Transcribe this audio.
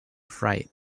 fright